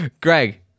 Greg